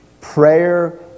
Prayer